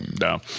No